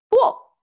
cool